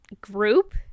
group